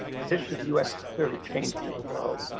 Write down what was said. position of the us has clearly changed in the world,